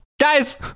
Guys